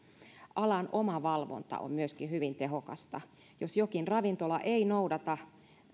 alan omavalvonta on myöskin hyvin tehokasta jos jokin ravintola ei noudata